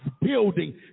building